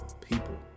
people